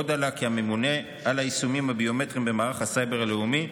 עוד עלה כי הממונה על היישומים הביומטריים במערך הסייבר הלאומי,